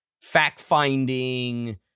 fact-finding